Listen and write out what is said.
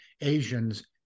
Asians